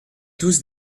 tous